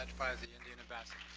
bajpai is the indian ambassador.